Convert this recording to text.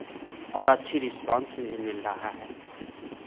और अच्छी रिस्पॉन्स भी मिल रहा है